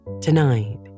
Tonight